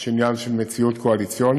יש עניין של מציאות קואליציונית.